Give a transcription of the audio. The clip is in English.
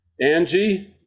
Angie